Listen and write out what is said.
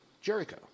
Jericho